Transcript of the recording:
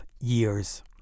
years